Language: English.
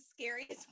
scariest